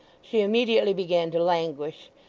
she immediately began to languish,